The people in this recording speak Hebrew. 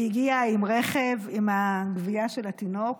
והיא הגיעה עם רכב, עם הגווייה של התינוק,